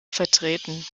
vertreten